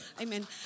Amen